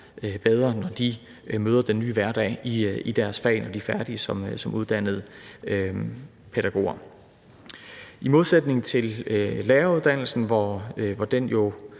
når de møder den nye hverdag i deres fag, når de er færdige som uddannede pædagoger. I modsætning til læreruddannelsen, som jo